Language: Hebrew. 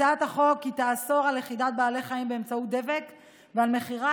הצעת החוק תאסור לכידת בעלי חיים באמצעות דבק ומכירה,